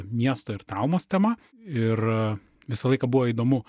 miesto ir traumos tema ir visą laiką buvo įdomu